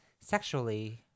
sexually